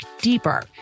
deeper